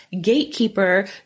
gatekeeper